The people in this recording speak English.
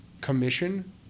commission